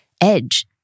edge